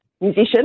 musician